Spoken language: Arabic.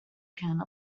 كان